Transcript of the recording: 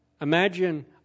Imagine